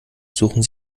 suchen